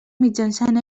mitjançant